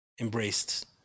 embraced